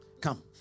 come